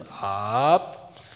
Up